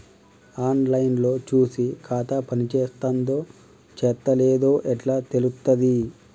On line లో చూసి ఖాతా పనిచేత్తందో చేత్తలేదో ఎట్లా తెలుత్తది?